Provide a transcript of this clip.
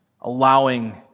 allowing